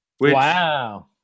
wow